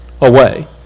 away